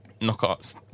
Knockout's